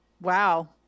Wow